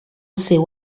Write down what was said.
seu